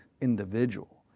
individual